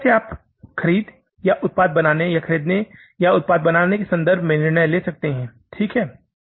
तो इस तरह से आप खरीद या उत्पाद बनाने या खरीदने या उत्पाद बनाने के संबंध में निर्णय ले सकते हैं ठीक है